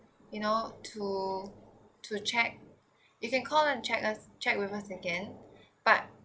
you know to to check you can call and check us check with us again but